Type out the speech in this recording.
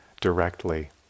directly